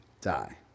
die